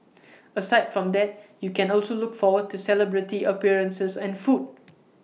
aside from that you can also look forward to celebrity appearances and food